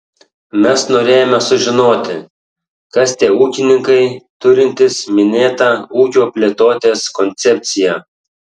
mes norėjome sužinoti kas tie ūkininkai turintys minėtą ūkio plėtotės koncepciją